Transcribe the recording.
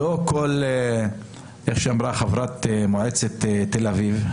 כמו שאמרה חברת מועצת תל-אביב,